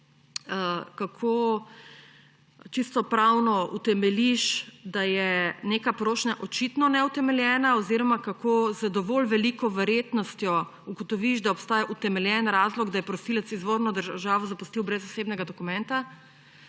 kako čisto pravno utemeljiš, da je neka prošnja očitno neutemeljena, oziroma kako z dovolj veliko verjetnostjo ugotoviš, da obstaja utemeljen razlog, da je prosilec izvorno državo zapustil brez osebnega dokumenta.